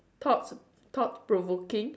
thoughts thought provoking